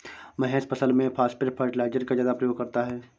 महेश फसल में phosphate fertiliser का ज्यादा प्रयोग करता है